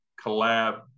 collab